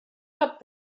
cap